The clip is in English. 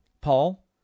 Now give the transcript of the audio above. Paul